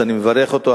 שאני מברך אותו,